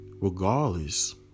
Regardless